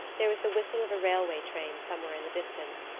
there was the whistle of a railway train somewhere in the distance,